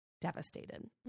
devastated